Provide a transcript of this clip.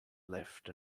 left